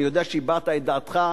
אני יודע שהבעת את דעתך,